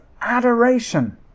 adoration